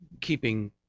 keeping